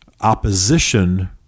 opposition